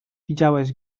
widziałeś